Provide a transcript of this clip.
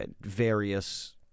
various